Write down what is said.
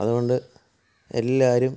അതുകൊണ്ട് എല്ലാവരും